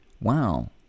Wow